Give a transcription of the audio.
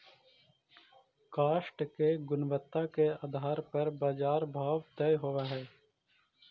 काष्ठ के गुणवत्ता के आधार पर बाजार भाव तय होवऽ हई